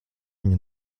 viņu